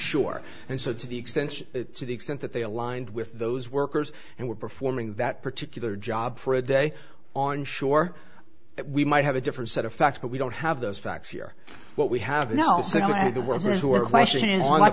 shore and said to the extension to the extent that they aligned with those workers and were performing that particular job for a day on shore we might have a different set of facts but we don't have those facts here what we have no